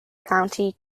county